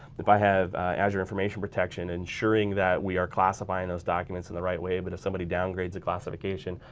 if i have azure information protection ensuring that we are classifying those documents in the right way but if somebody downgrades a classification.